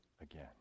again